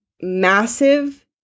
massive